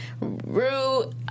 Rue